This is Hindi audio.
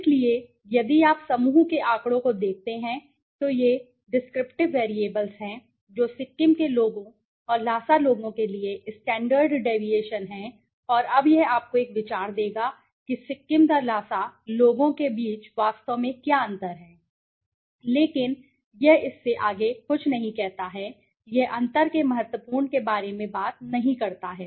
इसलिए यदि आप समूह के आँकड़ों को देखते हैं तो ये डिस्क्रिप्टिव वैरिएबल्स हैं जो सिक्किम के लोगों और ल्हासा लोगों के लिए स्टैण्डर्ड डेविएशन है और अब यह आपको एक विचार देगा कि सिक्किम द ल्हासा लोगों के बीच वास्तव में क्या अंतर है लेकिन यह इससे आगे कुछ नहीं कहता है यह अंतर के महत्वपूर्ण के बारे में बात नहीं करता है